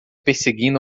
perseguindo